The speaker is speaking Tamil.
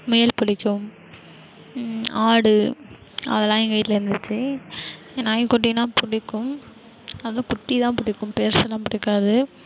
முயல் பிடிக்கும் ஆடு அதெல்லாம் எங்கள் வீட்டில் இருந்துச்சு நாய்க்குட்டினால் பிடிக்கும் அதுவும் குட்டிதான் பிடிக்கும் பெருசெலாம் பிடிக்காது